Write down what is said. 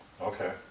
Okay